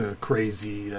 crazy